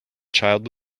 child